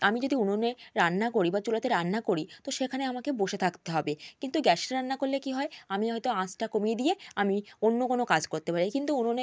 আমি যদি উনুনে রান্না করি বা চুলাতে রান্না করি তো সেখানে আমাকে বসে থাকতে হবে কিন্তু গ্যাসে রান্না করলে কী হয় আমি হয়তো আঁচটা কমিয়ে দিয়ে আমি অন্য কাজ করতে পারি কিন্তু উনুনে